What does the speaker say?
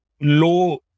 low